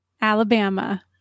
Alabama